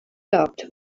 dubbed